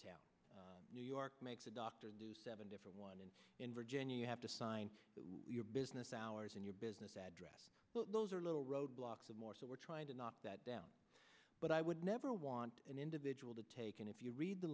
of new york makes a doctor do seven different one in in virginia you have to sign your business hours and your business address those are little roadblocks and more so we're trying to knock that down but i would never want an individual to take and if you read the